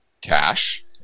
Cash